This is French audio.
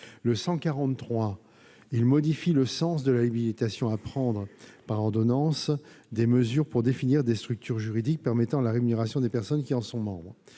tend à modifier le sens de l'habilitation à prendre par ordonnance des mesures pour définir des structures juridiques permettant la rémunération des personnes qui en sont membres.